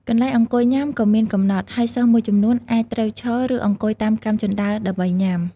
កន្លែងអង្គុយញ៉ាំក៏មានកំណត់ ហើយសិស្សមួយចំនួនអាចត្រូវឈរ ឬអង្គុយតាមកាំជណ្ដើរដើម្បីញ៉ាំ។